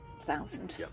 thousand